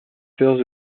peurs